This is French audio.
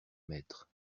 maîtres